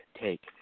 take